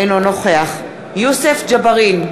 אינו נוכח יוסף ג'בארין,